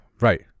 right